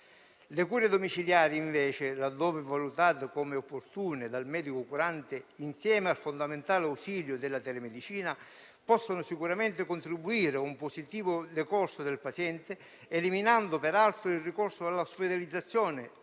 Le cure domiciliari, invece, laddove valutate come opportune dal medico curante, insieme al fondamentale ausilio della telemedicina, possono sicuramente contribuire a un positivo decorso del paziente, eliminando peraltro il ricorso all'ospedalizzazione